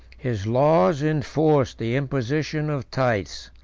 his laws enforced the imposition of tithes,